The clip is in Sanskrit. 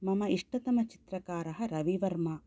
मम इष्टतमचित्रकारः रविवर्मा